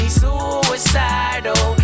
suicidal